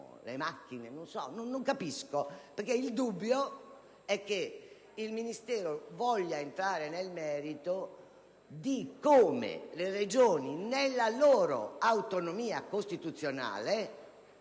ma personalmente non capisco. Il dubbio è che il Ministero voglia entrare nel merito di come le Regioni, nella loro autonomia costituzionale,